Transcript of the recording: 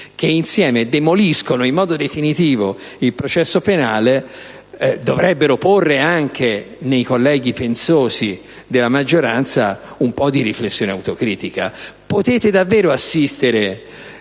che insieme demoliscono in modo definitivo il processo penale, dovrebbe portare anche i colleghi pensosi della maggioranza a svolgere una riflessione autocritica. Potete davvero assistere,